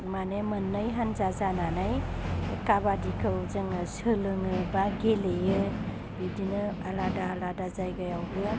मानि मोन्नै हान्जा जानानै काबादि खौ जोङो सोलोङो बा गेलेयो बिदिनो आलादा आलादा जायगायावबो